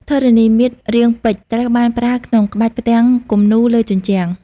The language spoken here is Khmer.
ធរណីមាត្ររាងពេជ្រ ត្រូវបានប្រើក្នុងក្បាច់ផ្ទាំងគំនូរលើជញ្ជាំង។